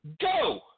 Go